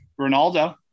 Ronaldo